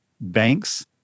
Banks